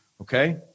Okay